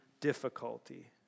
difficulty